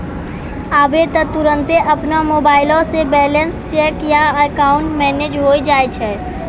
आबै त तुरन्ते अपनो मोबाइलो से बैलेंस चेक या अकाउंट मैनेज होय जाय छै